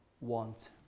want